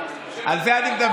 והוא קובל על זה: